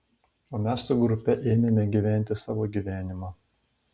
o mes su grupe ėmėme gyventi savo gyvenimą